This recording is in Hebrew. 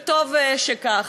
וטוב שכך.